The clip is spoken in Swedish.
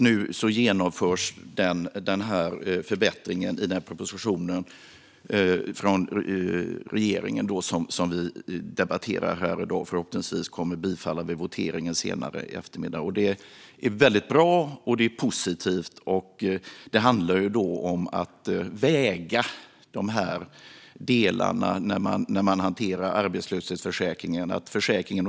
I propositionen från regeringen föreslås att denna förbättring ska genomföras, och förhoppningsvis kommer förslaget att bifallas vid voteringen senare i eftermiddag. Det är väldigt bra och positivt. Det handlar om att väga dessa delar mot varandra när man hanterar arbetslöshetsförsäkringen.